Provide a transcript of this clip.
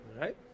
right